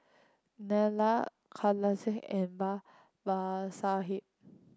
Neila Kailash and Babasaheb